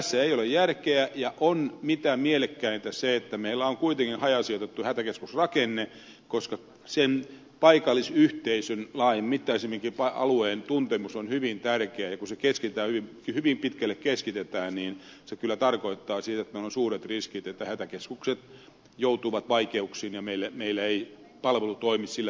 tässä ei ole järkeä ja on mitä mielekkäintä se että meillä on kuitenkin hajasijoitettu hätäkeskusrakenne koska sen paikallisyhteisön laajamittaisemmankin alueen tuntemus on hyvin tärkeä ja kun se hyvin pitkälle keskitetään niin se kyllä tarkoittaa sitä että meillä on suuret riskit että hätäkeskukset joutuvat vaikeuksiin ja meillä ei palvelu toimi sillä tehokkuudella kuin aikaisemmin